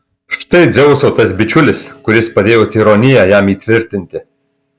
štai dzeuso tas bičiulis kuris padėjo tironiją jam įtvirtinti